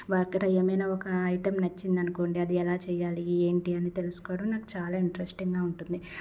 వాళ్ళ దగ్గర ఏవైనా ఒక ఐటెం నచ్చింది అనుకోండి అది ఎలా చేయాలి ఏంటి అని నేను తెలుసుకోవడం నాకు చాలా ఇంట్రెస్టింగా ఉంటుంది